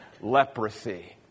leprosy